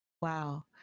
wow